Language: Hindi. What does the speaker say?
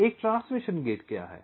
तो एक ट्रांसमिशन गेट क्या है